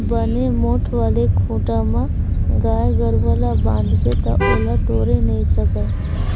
बने मोठ्ठ वाले खूटा म गाय गरुवा ल बांधबे ता ओला टोरे नइ सकय